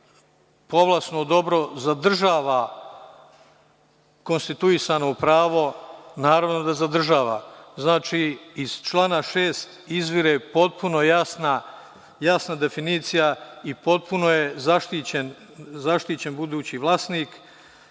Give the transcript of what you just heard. povlasno dobro zadržava konstituisano pravo? Naravno da zadržava. Znači iz člana 6. izvire potpuno jasna definicija i potpuno je zaštićen budući vlasnik. Ovde